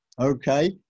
Okay